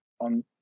on